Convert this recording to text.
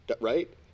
right